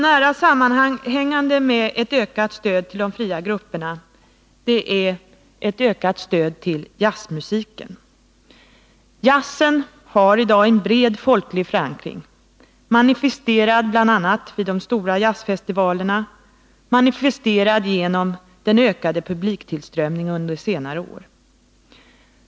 Nära sammanhängande med ett ökat stöd till de fria grupperna är ett ökat stöd till jazzmusiken. Jazzen har i dag en bred folklig förankring, manifesterad bl.a. vid de stora jazzfestivalerna och genom den ökade publiktillströmningen under senare år.